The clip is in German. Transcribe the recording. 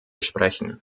sprechen